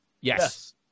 yes